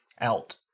out